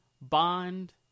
bond